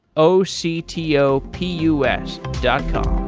o c t o p u s dot com.